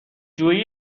جوئی